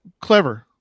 clever